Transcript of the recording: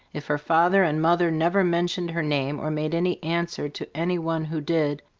if her father and mother never mentioned her name or made any answer to any one who did,